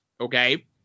Okay